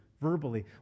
verbally